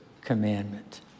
commandment